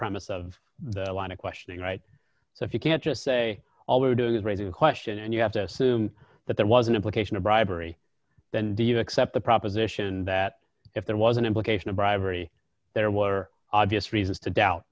promise of the line of questioning right so if you can't just say all we're doing is raising the question and you have to assume that there was an implication of bribery then do you accept the proposition that if there was an implication of bribery there were obvious reasons to doubt